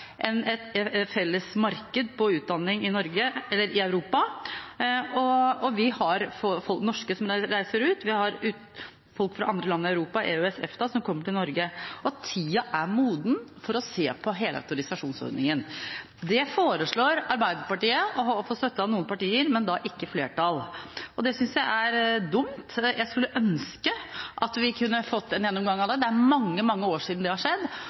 har et felles marked for utdanning i Europa, og vi har norske som reiser ut, vi har folk fra andre land i Europa, EØS og EFTA som kommer til Norge, og tida er moden for å se på hele autorisasjonsordningen. Det foreslår Arbeiderpartiet og får støtte av noen partier, men ikke flertall. Det synes jeg er dumt. Jeg skulle ønske at vi kunne fått en gjennomgang av det, det er mange, mange år siden det har skjedd.